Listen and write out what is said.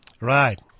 Right